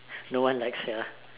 no one like sia